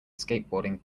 skateboarding